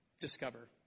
discover